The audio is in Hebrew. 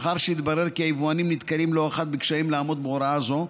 מאחר שהתברר כי היבואנים נתקלים לא אחת בקשיים לעמוד בהוראה זו,